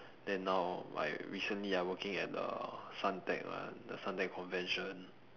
then now I recently I working at the suntec one the suntec convention